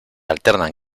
alternan